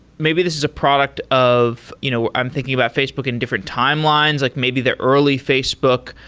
maybe this is a product of you know i'm thinking about facebook in different timelines. like maybe the early facebook,